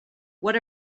what